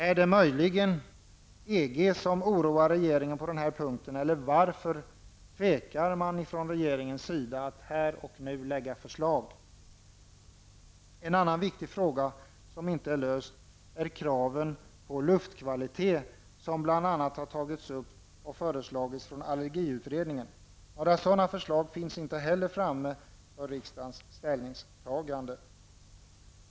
Är det möjligen EG som oroar regeringen på denna punkt, eller varför tvekar regeringen inför att här och nu lägga fram förslag? En annan viktig fråga som inte är löst är kraven på luftkvalitet, som bl.a. allergiutredningen har tagit upp och lämnat förslag om. Några förslag i denna fråga finns inte heller framme för riksdagens ställningstagande.